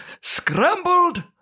Scrambled